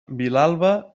vilalba